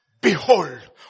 Behold